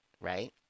right